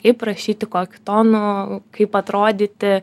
kaip rašyti kokiu tonu kaip atrodyti